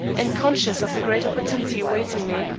and conscious of the great opportunity awaiting me,